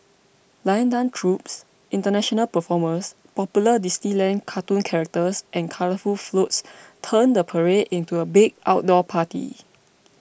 lion dance troupes international performers popular Disneyland cartoon characters and colourful floats turn the parade into a big outdoor party